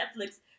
Netflix